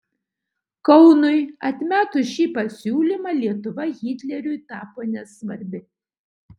kaunui atmetus šį pasiūlymą lietuva hitleriui tapo nesvarbi